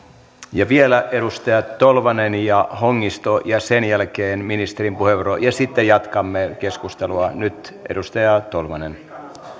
ja vielä edustajat tolvanen ja hongisto ja sen jälkeen ministerin puheenvuoro ja sitten jatkamme keskustelua nyt edustaja tolvanen